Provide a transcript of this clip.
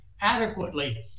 adequately